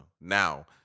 Now